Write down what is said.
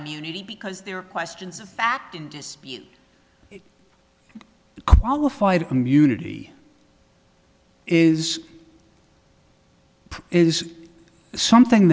immunity because there are questions of fact in this qualified community is is something